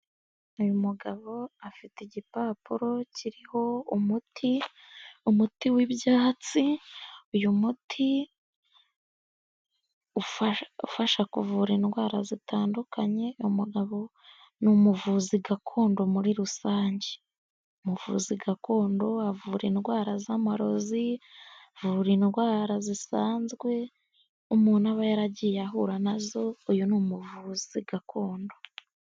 Uyu mugabo afite igipapuro kiriho umuti, umuti w'ibyatsi, uyu muti ufasha kuvura indwara zitandukanye, umugabo ni umuvuzi gakondo muri rusange. Umuvuzi gakondo avura indwara z'amarozi avura indwara zisanzwe, umuntu aba yaragiye ahura nazo, uyu ni umuvuzi gakondo.